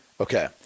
Okay